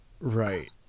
Right